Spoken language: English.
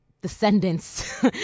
descendants